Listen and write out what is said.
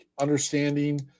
understanding